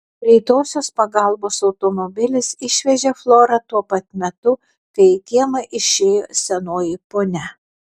greitosios pagalbos automobilis išvežė florą tuo pat metu kai į kiemą išėjo senoji ponia